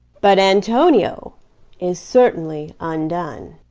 but antonio is certainly undone.